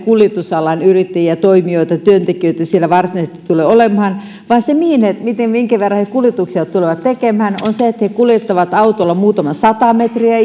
kuljetusalan yrittäjiä ja toimijoita ja työntekijöitä siellä varsinaisesti tule olemaan vaan se minkä verran he kuljetuksia tulevat tekemään on se että he kuljettavat autolla muutaman sata metriä